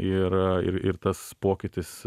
ir ir ir tas pokytis